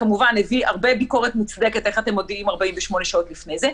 כמובן הביא הרבה ביקורת מוצדקת איך אתם מודיעים 48 שעות לפני זה,